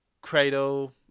cradle